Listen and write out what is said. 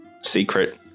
secret